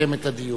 לסכם את הדיון.